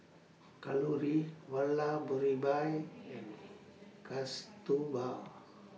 Kalluri Vallabhbhai and Kasturba